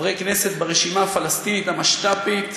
חברי כנסת ברשימה הפלסטינית המשת"פית,